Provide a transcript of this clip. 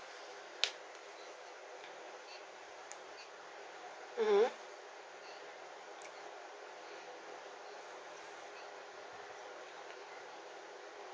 mmhmm